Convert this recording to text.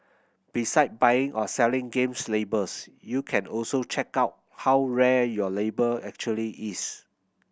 beside buying or selling games labels you can also check out how rare your label actually is